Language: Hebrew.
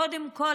קודם כול,